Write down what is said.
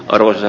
arvoisa